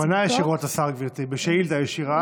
הוא פנה ישירות לשר, גברתי, בשאילתה ישירה.